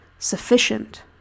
sufficient